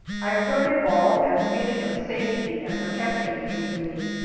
i heard it all, and a feeling of safety and protection came to me.